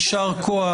יישר כוח.